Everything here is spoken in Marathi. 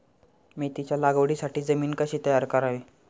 मेथीच्या लागवडीसाठी जमीन कशी तयार करावी?